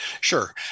Sure